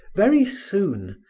very soon,